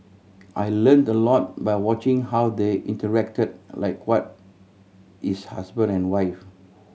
I learnt a lot by watching how they interacted like what is husband and wife